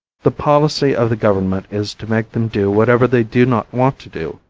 the policy of the government is to make them do whatever they do not want to do,